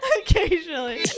Occasionally